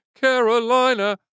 Carolina